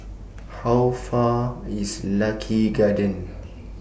How Far IS Lucky Gardens